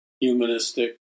humanistic